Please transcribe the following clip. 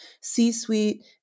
C-suite